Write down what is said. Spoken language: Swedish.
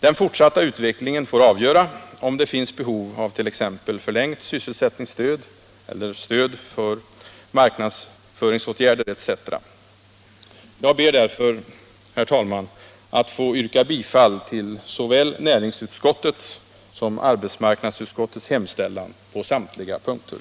Den fortsatta utvecklingen får avgöra om det finns behov av sysselsättningsstöd eller stöd för marknadsföringsåtgärder etc. Herr talman" Jag ber att få yrka bifall till såväl näringsutskottets som arbetsmarknadsutskottets hemställan på samtliga punkter.